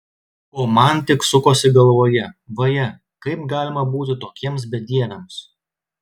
o man tik sukosi galvoje vaje kaip galima būti tokiems bedieviams